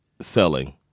selling